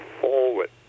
forward